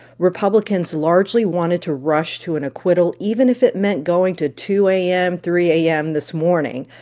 republicans largely wanted to rush to an acquittal, even if it meant going to two a m, three a m. this morning.